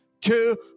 two